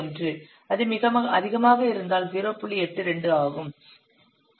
91 அது மிக அதிகமாக இருந்தால் 0